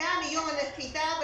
והקליטה מיום הנחיתה,